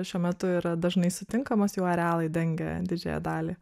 šiuo metu yra dažnai sutinkamos jų arealai dengia didžiąją dalį